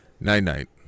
Night-night